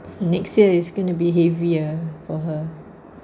next year is gonna be heavier for her